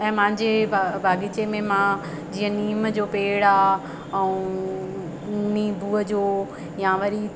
ऐं मुंहिंजे बागीचे में मां जीअं नीम जो पेड़ आहे ऐं नीबूअ जो या वरी